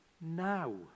now